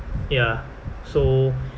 ya so